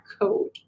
code